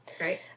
Right